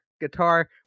guitar